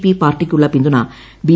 P പാർട്ടിക്കുള്ള പിന്തുണ B